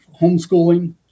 homeschooling